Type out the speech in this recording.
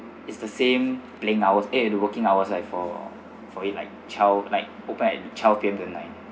it's the same playing hours eh working hours right for for it like twelve like open at twelve P_M until nine